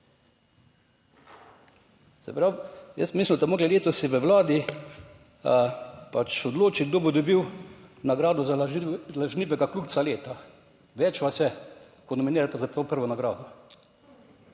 jaz mislim, da boste morali letos v vladi pač odločiti, kdo bo dobil nagrado za Lažnivega kljukca leta. Več vas je, ko nominirate za to prvo nagrado